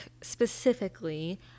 specifically